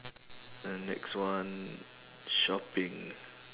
then next one shopping